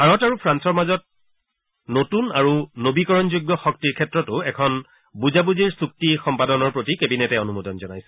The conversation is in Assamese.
ভাৰত আৰু ফ্ৰান্সৰ মাজত নতুন আৰু নবীকৰণযোগ্য শক্তিৰ ক্ষেত্ৰতো এখন বুজাবুজিৰ চুক্তি সম্পাদনৰ প্ৰতি কেবিনেটে অনুমোদন জনাইছে